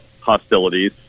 hostilities